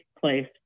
place